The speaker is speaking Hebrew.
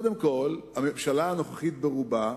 קודם כול, הממשלה הנוכחית ברובה